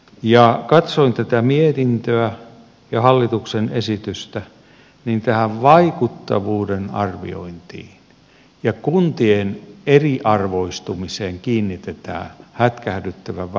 kun katsoin tätä mietintöä ja hallituksen esitystä niin tähän vaikuttavuuden arviointiin ja kuntien eriarvoistumiseen kiinnitetään hätkähdyttävän vähän huomiota